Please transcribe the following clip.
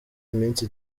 iminsi